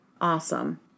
Awesome